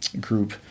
group